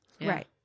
Right